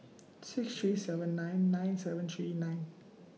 six three seven nine nine seven three nine